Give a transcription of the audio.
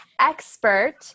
expert